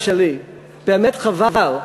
באמת חבל,